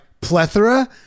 plethora